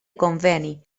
conveni